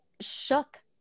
shook